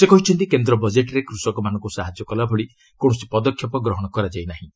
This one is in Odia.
ସେ କହିଛନ୍ତି କେନ୍ଦ୍ର ବଜେଟ୍ରେ କୃଷକମାନଙ୍କୁ ସାହାଯ୍ୟ କଲା ଭଳି କୌଣସି ପଦକ୍ଷେପ ଗ୍ରହଣ କରାଯାଇ ନାହିଁ